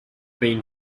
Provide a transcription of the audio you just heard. been